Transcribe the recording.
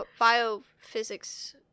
biophysics